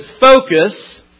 focus